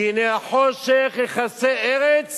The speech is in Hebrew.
"כי הנה החֹשך יכסה ארץ